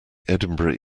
edinburgh